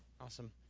Awesome